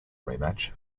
rematch